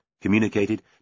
communicated